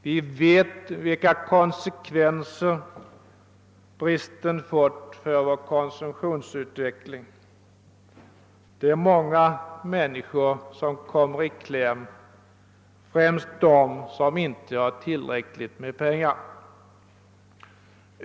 Vi vet vilka konsekvenser bristen fått för vår konsumtionsutveckling. Det är många människor som kommer i kläm, främst de som inte har tillräckligt med pengar.